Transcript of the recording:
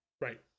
Right